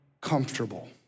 comfortable